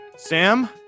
Sam